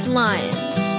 lions